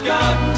God